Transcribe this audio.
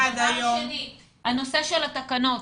הנושא של התקנות.